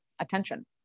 attention